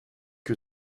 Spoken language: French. que